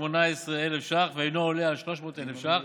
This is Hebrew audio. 18,000 ש"ח ואינו עולה על 300,000 ש"ח,